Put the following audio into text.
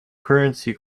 currency